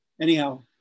anyhow